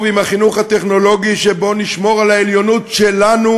מהחינוך הטכנולוגי שבו נשמור על העליונות שלנו,